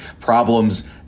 problems